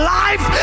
life